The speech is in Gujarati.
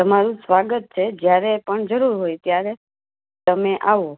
તમારું સ્વાગત છે જ્યારે પણ જરૂર હોય ત્યારે તમે આવો